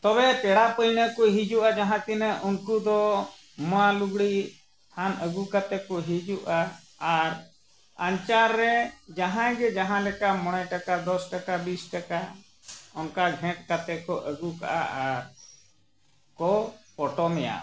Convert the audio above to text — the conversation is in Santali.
ᱛᱚᱵᱮ ᱯᱮᱲᱟ ᱯᱟᱹᱦᱬᱟᱹ ᱠᱚ ᱦᱤᱡᱩᱜᱼᱟ ᱡᱟᱦᱟᱸ ᱛᱤᱱᱟᱹᱜ ᱩᱱᱠᱩ ᱫᱚ ᱢᱚᱲᱟ ᱞᱩᱜᱽᱲᱤᱡ ᱛᱷᱟᱱ ᱟᱹᱜᱩ ᱠᱟᱛᱮᱫ ᱠᱚ ᱦᱤᱡᱩᱜᱼᱟ ᱟᱨ ᱟᱧᱪᱟᱨ ᱨᱮ ᱡᱟᱦᱟᱸᱭ ᱜᱮ ᱡᱟᱦᱟᱸ ᱞᱮᱠᱟ ᱢᱚᱬᱮ ᱴᱟᱠᱟ ᱫᱚᱥ ᱴᱟᱠᱟ ᱵᱤᱥ ᱴᱟᱠᱟ ᱚᱱᱠᱟ ᱜᱷᱮᱸᱴ ᱠᱟᱛᱮᱫ ᱠᱚ ᱟᱹᱜᱩ ᱠᱟᱜᱼᱟ ᱟᱨ ᱠᱚ ᱯᱚᱴᱚᱢᱮᱭᱟ